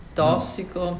tossico